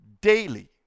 daily